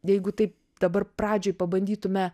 jeigu taip dabar pradžioj pabandytume